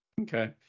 Okay